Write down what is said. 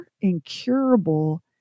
incurable